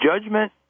Judgment